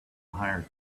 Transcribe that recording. hire